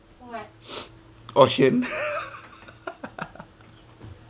auction